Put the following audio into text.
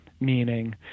meaning